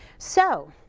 so